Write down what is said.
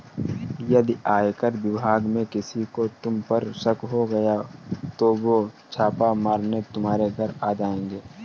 यदि आयकर विभाग में किसी को तुम पर शक हो गया तो वो छापा मारने तुम्हारे घर आ जाएंगे